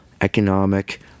economic